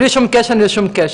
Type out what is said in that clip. בלי שום קשר לשום קשר.